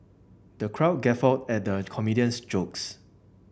the crowd guffawed at the comedian's jokes